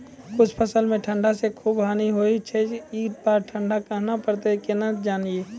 कुछ फसल मे ठंड से खूब हानि होय छैय ई बार ठंडा कहना परतै केना जानये?